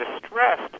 distressed